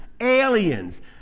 aliens